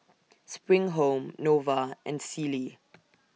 SPRING Home Nova and Sealy